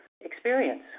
experience